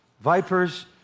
vipers